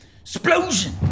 Explosion